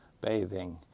bathing